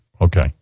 okay